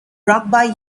rugby